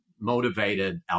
motivated